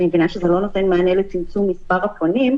אני מבינה שזה לא נותן מענה לצמצום מספר הפונים,